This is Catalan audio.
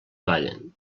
ballen